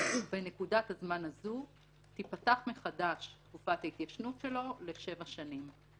בנקודת הזמן הזאת תיפתח מחדש תקופת ההתיישנות שלו לשבע שנים.